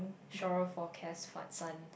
shore forecast fun sun